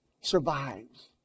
survives